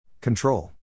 Control